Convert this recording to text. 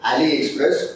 AliExpress